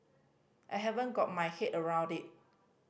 I haven't got my head around it